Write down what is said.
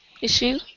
issue